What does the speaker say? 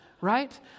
right